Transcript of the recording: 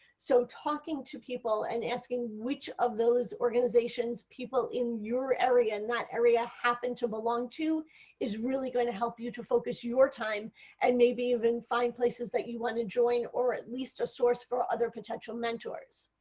so talking to people and asking which of those organizations people in your area and that area happen to belong to is really going to help you to focus your time and maybe even find places that you want to join or at least a source for other potential mentors.